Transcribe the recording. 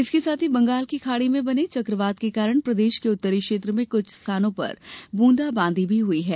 इसके साथ ही बंगाल की खाड़ी में बने चकवात के कारण प्रदेश के उत्तरी क्षेत्र में कुछ स्थानों पर ब्रंदाबादी भी हई है